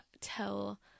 tell